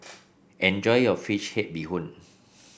enjoy your fish head Bee Hoon